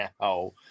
now